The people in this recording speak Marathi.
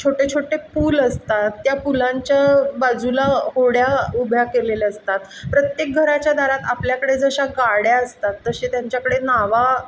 छोटे छोटे पूल असतात त्या पुलांच्या बाजूला होड्या उभ्या केलेल्या असतात प्रत्येक घराच्या दारात आपल्याकडे जशा गाड्या असतात तसे त्यांच्याकडे नावा